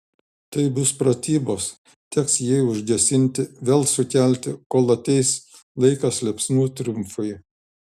tai bus pratybos teks jį užgesinti vėl sukelti kol ateis laikas liepsnų triumfui